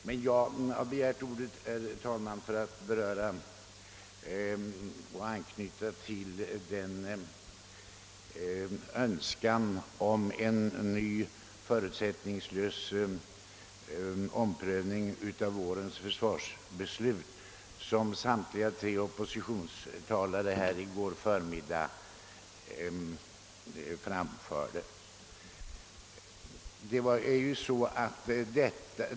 Herr talman! Jag har begärt ordet för att anknyta till den önskan om en ny förutsättningslös omprövning av vårens försvarsbeslut som samtliga tre huvudtalare för oppositionspartierna framförde i går förmiddag.